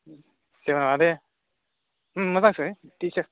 जेबो नङा दे मोजांसो टिचार